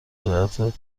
جهت